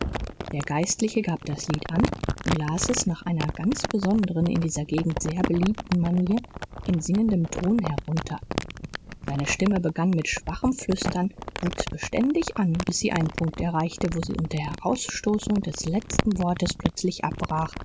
der geistliche gab das lied an und las es nach einer ganz besonderen in dieser gegend sehr beliebten manier in singendem ton herunter seine stimme begann mit schwachem flüstern wuchs beständig an bis sie einen punkt erreichte wo sie unter herausstoßung des letzten wortes plötzlich abbrach